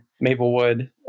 Maplewood